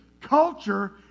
Culture